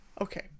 Okay